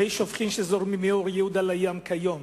מי שופכין שזורמים מאור-יהודה לים כיום,